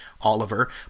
oliver